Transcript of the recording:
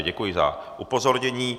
Děkuji za upozornění.